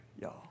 y'all